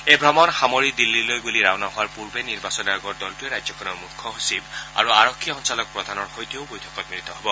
এই ভ্ৰমণ সামৰি দিল্লীলৈ বুলি ৰাওনা হোৱাৰ পূৰ্বে নিৰ্বাচন আয়োগৰ দলটোৱে ৰাজ্যখনৰ মুখ্য সচিব আৰু আৰক্ষী সঞালক প্ৰধানৰ সৈতেও বৈঠকত মিলিত হ'ব